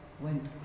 went